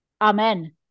Amen